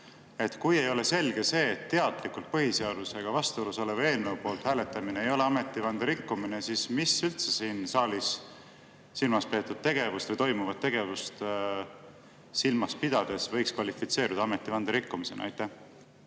Kui ei ole selge, et teadlikult põhiseadusega vastuolus oleva eelnõu poolt hääletamine ei ole ametivande rikkumine, siis mis üldse siin saalis toimuvat tegevust silmas pidades võiks kvalifitseeruda ametivande rikkumisena? Aitäh!